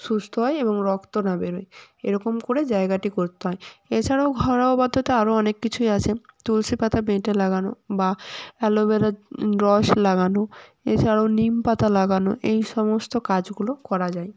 সুস্থ হয় এবং রক্ত না বেরোয় এরকম করে জায়গাটি করতে হয় এছাড়াও ঘরোয়া পদ্ধতিতে আরও অনেক কিছুই আছে তুলসী পাতা বেটে লাগানো বা অ্যালোভেরার রস লাগানো এছাড়াও নিম পাতা লাগানো এই সমস্ত কাজগুলো করা যায়